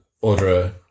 Order